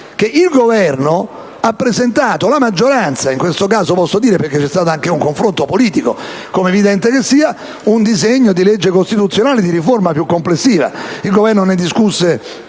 che il Governo ha presentato - in questo caso posso dire la maggioranza, perché c'è stato anche un confronto politico, come è evidente che sia - un disegno di legge costituzionale di riforma più complessiva. Il Governo ne ha discusso